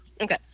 Okay